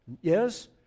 Yes